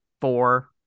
four